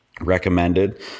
Recommended